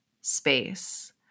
space